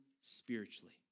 spiritually